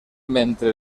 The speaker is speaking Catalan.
mentre